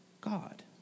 God